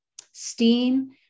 steam